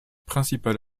principal